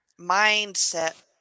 mindset